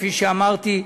כפי שאמרתי,